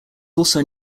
also